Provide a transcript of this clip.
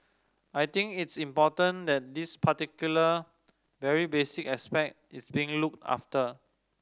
I think it's important that this particular very basic aspect is being looked after